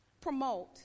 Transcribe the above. promote